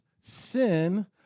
sin